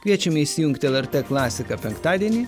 kviečiame įsijungti lrt klasiką penktadienį